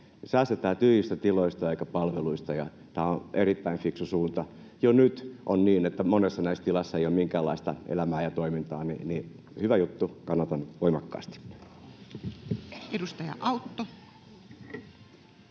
säästetään tyhjistä tiloista eikä palveluista. Tämä on erittäin fiksu suunta. Kun jo nyt on niin, että monissa näistä tiloista ei ole minkäänlaista elämää ja toimintaa, niin hyvä juttu — kannatan voimakkaasti. Edustaja Autto.